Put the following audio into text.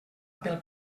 pel